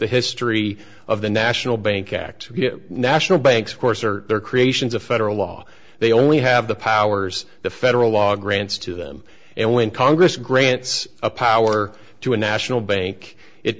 the history of the national bank act national banks of course are there creations of federal law they only have the powers the federal law grants to them and when congress grants a power to a national bank it